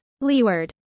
Leeward